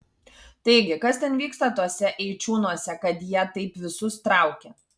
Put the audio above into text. taigi kas ten vyksta tuose eičiūnuose kad jie taip visus traukia